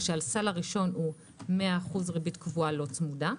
הסל הראשון הוא 100% ריבית קבועה לא צמודה,